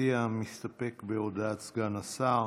המציע מסתפק בהודעת סגן השר.